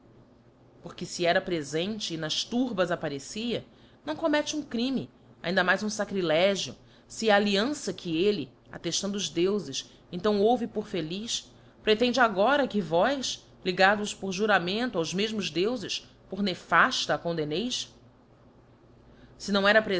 porque fe era prefente e nas turbas apparecia não commette um crime ainda mais um facrílegio fe a alliança qu elle atteibmdo os deufes então houve por feliz pre tende agora que vós ligados por juramento aos mefino deufes por nefaíla a condemneis se não era